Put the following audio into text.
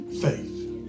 faith